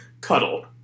cuddle